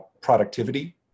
productivity